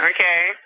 Okay